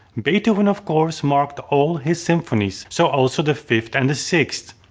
beethoven of course marked all his symphonies, so also the fifth and sixth,